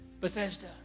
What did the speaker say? Bethesda